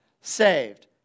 saved